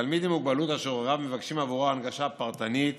תלמיד עם מוגבלות אשר הוריו מבקשים עבורו הנגשה פרטנית